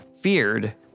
feared